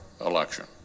election